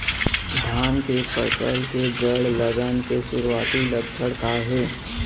धान के फसल के जड़ गलन के शुरुआती लक्षण का हे?